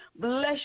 Bless